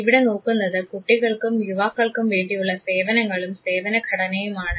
ഇവിടെ നോക്കുന്നത് കുട്ടികൾക്കും യുവാക്കൾക്കും വേണ്ടിയുള്ള സേവനങ്ങളും സേവന ഘടനയുമാണ്